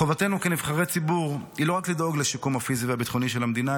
חובתנו כנבחרי ציבור היא לא רק לדאוג לשיקום הפיזי והביטחוני של המדינה,